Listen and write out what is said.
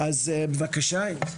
בבקשה,